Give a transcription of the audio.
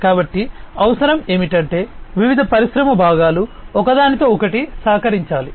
కాబట్టి అవసరం ఏమిటంటే వివిధ పరిశ్రమ భాగాలు ఒకదానితో ఒకటి సహకరించాలి